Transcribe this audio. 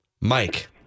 Mike